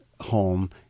home